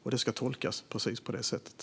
Och det ska tolkas precis på det sättet.